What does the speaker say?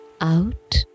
out